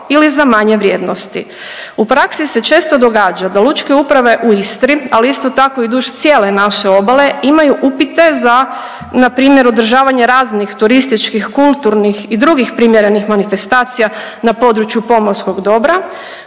ili za manje vrijednosti. U praksi se često događa da lučke uprave u Istri, ali isto tako i duž cijele naše obale imaju upite za npr. održavanje raznih turističkih, kulturnih i drugih primjerenih manifestacija na području pomorskog dobra